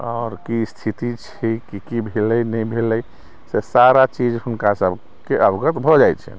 आओर की स्थिति छी की की भेलै नहि भेलै से सारा चीज हुनका सभके अवगत भऽ जाइ छनि